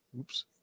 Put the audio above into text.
Oops